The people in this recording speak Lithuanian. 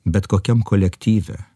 bet kokiam kolektyve